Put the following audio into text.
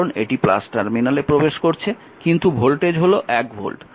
কারণ এটি টার্মিনালে প্রবেশ করছে কিন্তু ভোল্টেজ হল 1 ভোল্ট